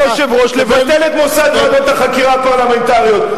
כיושב-ראש לבטל את מוסד ועדות החקירה הפרלמנטריות.